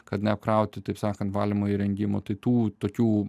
kad neapkrauti taip sakant valymo įrengimų tai tų tokių